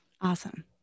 awesome